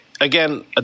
again